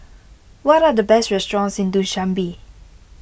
what are the best restaurants in Dushanbe